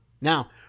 Now